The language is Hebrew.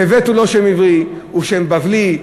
טבת הוא לא שם עברי, הוא שם בבלי.